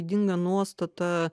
ydingą nuostatą